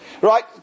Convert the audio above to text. right